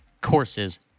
courses